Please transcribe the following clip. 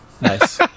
nice